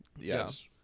yes